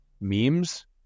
memes